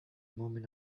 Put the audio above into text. moment